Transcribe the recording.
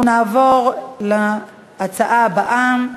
אנחנו נעבור להצבעה הבאה,